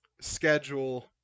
schedule